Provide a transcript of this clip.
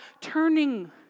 turning